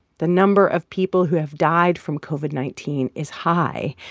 the number of people who have died from covid nineteen is high,